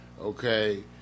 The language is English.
Okay